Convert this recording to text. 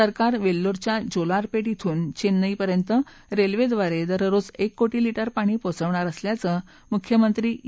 सरकार वेल्लोरच्या जोलारपेट इथून चेन्नई पर्यंत रेल्वेद्वारे दररोज एक कोटी लीटर पाणी पोहचवणार असल्याचं मुख्यमंत्री ई